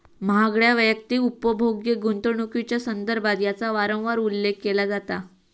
महागड्या वैयक्तिक उपभोग्य गुंतवणुकीच्यो संदर्भात याचा वारंवार उल्लेख केला जाता